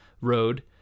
road